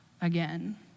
again